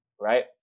right